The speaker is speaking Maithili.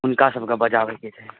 हुनका सभके बजाबैके छै